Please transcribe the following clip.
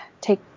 take